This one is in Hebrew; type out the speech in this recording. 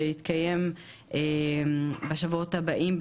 שיתקיים בשבועות הבאים,